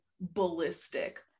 ballistic